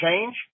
change